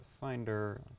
finder